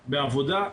בעבודה,